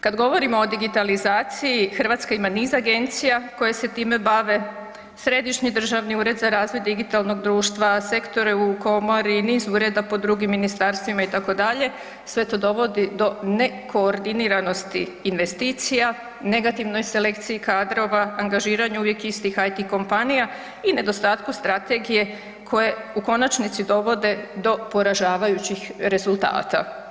Kad govorimo o digitalizaciji, Hrvatska ima niz Agencija koje se time bave, Središnji državni ured za razvoj digitalnog društva, sektore u Komori, niz ureda po drugim Ministarstvima i tako dalje, sve to dovodi do nekoordiniranosti investicija, negativnoj selekciji kadrova, angažiranju uvijek istih IT kompanija i nedostatku strategije koje u konačnici dovode do poražavajućih rezultata.